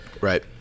Right